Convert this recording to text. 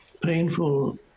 painful